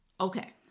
Okay